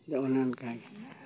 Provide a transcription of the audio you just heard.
ᱟᱫᱚ ᱚᱱᱮ ᱚᱱᱠᱟᱜᱮ